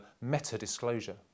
meta-disclosure